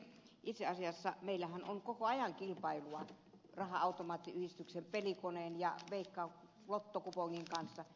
itse asiassa meillähän on koko ajan kilpailua raha automaattiyhdistyksen pelikoneen ja lottokupongin kanssa